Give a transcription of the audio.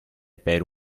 per